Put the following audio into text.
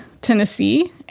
Tennessee